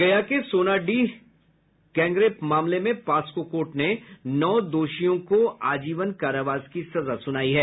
गया के सोनाडीहा गैंगरेप मामलें में पास्को कोर्ट ने नौ दोषियों को आजीवन कारावास की सजा सुनायी है